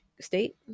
state